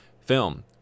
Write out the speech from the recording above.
film